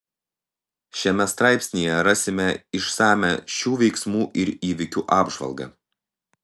šiame straipsnyje rasime išsamią šių veiksmų ir įvykių apžvalgą